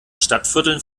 stadtvierteln